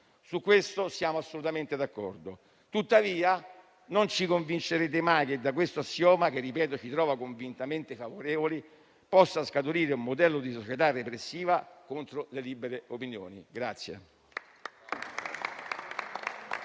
Su questo siamo assolutamente d'accordo. Tuttavia, non ci convincerete mai che da questo assioma che, lo ripeto, ci trova assolutamente favorevoli, possa scaturire un modello di società repressiva contro le libere opinioni.